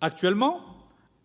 Actuellement,